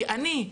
כי אני,